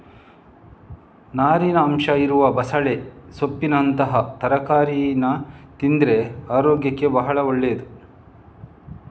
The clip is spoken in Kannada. ನಾರಿನ ಅಂಶ ಇರುವ ಬಸಳೆ ಸೊಪ್ಪಿನಂತಹ ತರಕಾರೀನ ತಿಂದ್ರೆ ಅರೋಗ್ಯಕ್ಕೆ ಭಾಳ ಒಳ್ಳೇದು